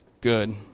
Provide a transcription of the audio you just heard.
good